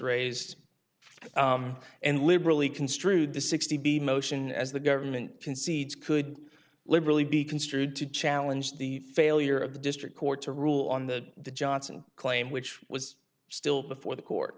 raised and liberally construed the sixty b motion as the government concedes could literally be construed to challenge the failure of the district court to rule on that the johnson claim which was still before the court